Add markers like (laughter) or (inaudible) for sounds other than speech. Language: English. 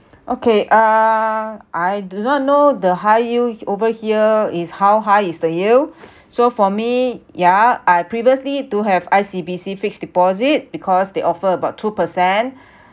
okay err I do not know the high yield over here is how high is the yield (breath) so for me ya I previously to have I_C_B_C fixed deposit because they offer about two percent